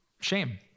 shame